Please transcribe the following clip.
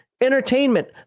entertainment